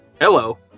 Hello